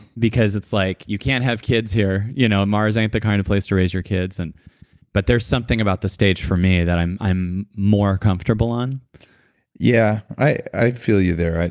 because it's like you can't have kids here. you know mars ain't the kind of place to raise your kids. and but there's something about the stage for me that i'm i'm more comfortable on yeah, i feel you there.